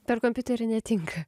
per kompiuterį netinka